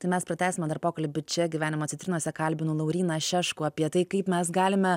tai mes pratęsime dar pokalbį čia gyvenimo citrinose kalbinu lauryną šeškų apie tai kaip mes galime